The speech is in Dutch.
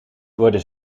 worden